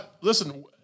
Listen